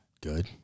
good